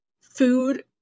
food